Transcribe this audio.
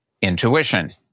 Intuition